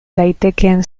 daitekeen